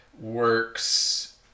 works